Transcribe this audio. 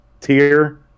tier